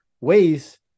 ways